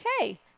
okay